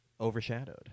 overshadowed